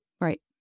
Right